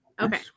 Okay